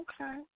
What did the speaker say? Okay